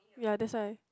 ya that's why